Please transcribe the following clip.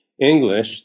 English